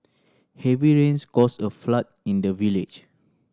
heavy rains caused a flood in the village